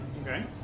Okay